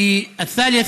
רחמים.